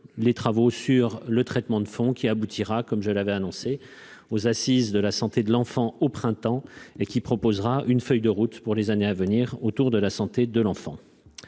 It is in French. les travaux sur le traitement de fond qui aboutira, comme je l'avais annoncé aux assises de la santé de l'enfant au printemps et qui proposera une feuille de route pour les années à venir autour de la santé de l'enfant